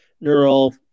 neural